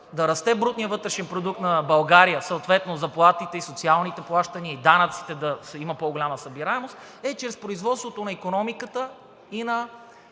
да расте брутният вътрешен продукт на България, съответно заплатите, социалните плащания и данъците – да имат по-голяма събираемост, е чрез производството на икономиката и на